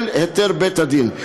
היתר בית-הדין,